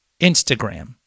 Instagram